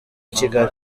kigali